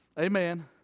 Amen